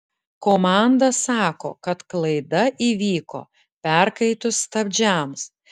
komanda sako kad klaida įvyko perkaitus stabdžiams